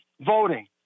voting